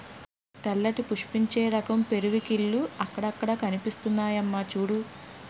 తెల్లటి పుష్పించే రకం పెరివింకిల్లు అక్కడక్కడా కనిపిస్తున్నాయమ్మా చూడూ